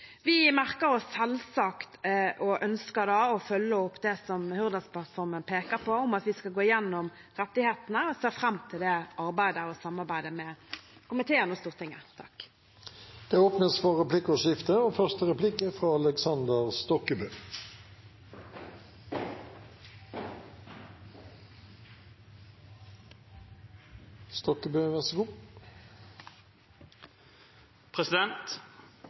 Vi merker oss selvsagt – og ønsker å følge opp – det som Hurdalsplattformen peker på, om at vi skal gå gjennom rettighetene, og ser fram til det arbeidet og samarbeidet med komiteen og Stortinget. Det blir replikkordskifte. På Høyres vakt styrket vi det sosiale sikkerhetsnettet for